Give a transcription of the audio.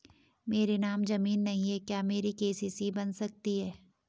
मेरे नाम ज़मीन नहीं है क्या मेरी के.सी.सी बन सकती है?